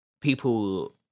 people